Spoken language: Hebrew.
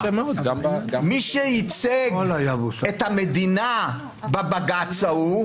מי שייצג את המדינה בבג"ץ ההוא,